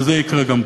וזה יקרה גם פה.